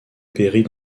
périt